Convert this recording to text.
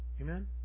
Amen